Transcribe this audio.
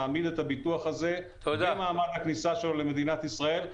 יעמידו את הביטוח הזה ממעמד הכניסה שלו למדינת ישראל,